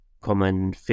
common